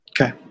Okay